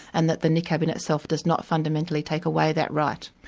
and that the niqab in itself does not fundamentally take away that right.